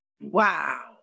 wow